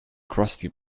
crusty